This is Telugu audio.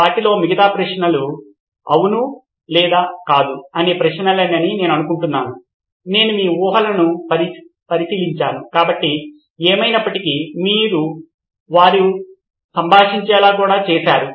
వాటిలో మిగతా ప్రశ్నలు అవును లేదా కాదు అనే ప్రశ్నలేనని నేను అనుకుంటున్నాను నేను మీ ఊహలను పరిశీలించాను కాబట్టి ఏమైనప్పటికీ వారు మీతో సంభాషించేలా కూడా చేసారు